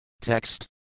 Text